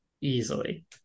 easily